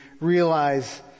realize